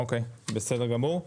בסדר גמור.